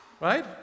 Right